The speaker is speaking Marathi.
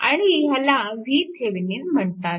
आणि ह्याला vThevenin म्हणतात